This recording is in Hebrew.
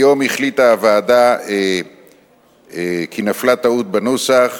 היום החליטה הוועדה כי נפלה טעות בנוסח,